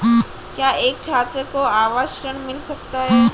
क्या एक छात्र को आवास ऋण मिल सकता है?